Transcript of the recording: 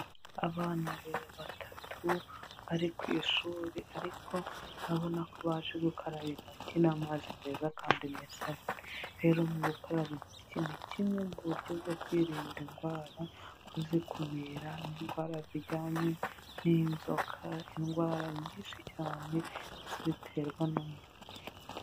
Abana batatu bari ku ishuri ariko urabona ko baje gukaraba intoki n'amazi meza kandi n'isabune, rero mu gukaraba intoki ni kimwe mu buryo bwo kwirinda indwara kuzikumira, indwara zijyanye n'inzoka, indwara nyinshi cyane ziterwa n'umwanda.